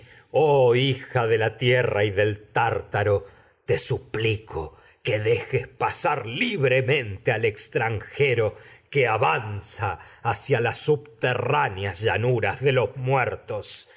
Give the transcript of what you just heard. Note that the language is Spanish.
oh hija de la tierra y del pasar tártaro te suplico avanza que dejes libremente al ex tranjero que los hacia las subterráneas llanuras de muertos